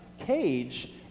cage